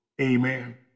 Amen